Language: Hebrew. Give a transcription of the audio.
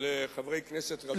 לחברי כנסת רבים.